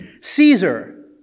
Caesar